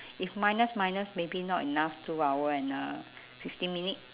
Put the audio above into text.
if minus minus maybe not enough two hour and uh fifteen minute